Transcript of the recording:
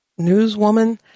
newswoman